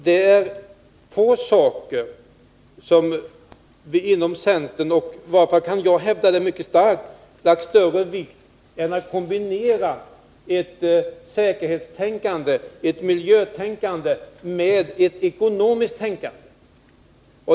Det är få saker som vi inom centern — och jag kan hävda det mycket starkt — har lagt ned större vikt vid än att kombinera ett säkerhetstänkande, ett miljötänkande, med ett ekonomiskt tänkande.